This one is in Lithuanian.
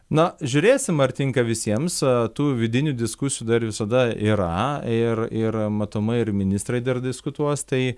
na žiūrėsim ar tinka visiems tų vidinių diskusijų dar visada yra ir ir matomai ir ministrai dar diskutuos tai